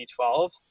B12